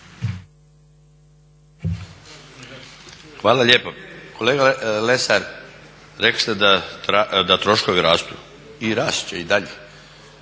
Hvala lijepo. Kolega Lesar, rekli ste da troškovi rastu i rast će i dalje.